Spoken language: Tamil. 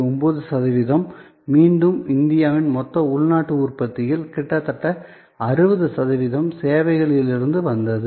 9 சதவிகிதம் மீண்டும் இந்தியாவின் மொத்த உள்நாட்டு உற்பத்தியில் கிட்டத்தட்ட 60 சதவிகிதம் சேவைகளிலிருந்து வந்தது